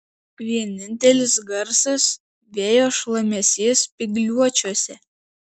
vienintelis garsas vėjo šlamesys spygliuočiuose